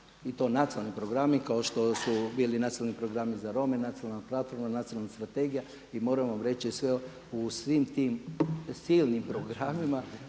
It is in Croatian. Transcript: i to nacionalni programi kao što su bili Nacionalni programi za Rome, nacionalna platforma, nacionalna strategija. I moram vam reći u svim tim silnim programima